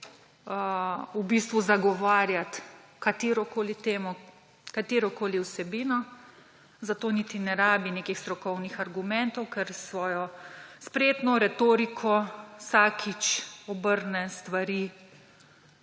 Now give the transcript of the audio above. v bistvu zagovarjat katerokoli temo, katerokoli vsebino. Za to niti ne rabi nekih strokovnih argumentov, ker s svojo spretno retoriko vsakič obrne stvari,